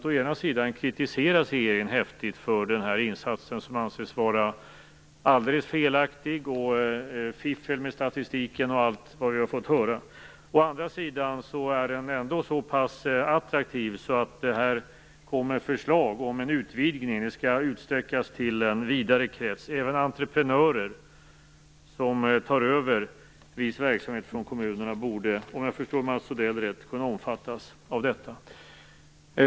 Å ena sidan kritiseras regeringen häftigt för den här insatsen, som anses vara alldeles felaktig, fiffel med statistiken och allt vad vi har fått höra. Å andra sidan är insatsen ändå så pass attraktiv att det här kommer förslag om en utvidgning, att den skall utsträckas till en vidare krets. Även entreprenörer som tar över viss verksamhet från kommunerna borde, om jag förstår Mats Odell rätt, kunna omfattas av detta.